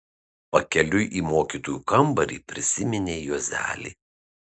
pakeliui į mokytojų kambarį prisiminė juozelį